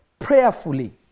prayerfully